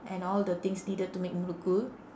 and all the things needed to make murukku